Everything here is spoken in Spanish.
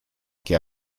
que